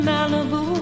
Malibu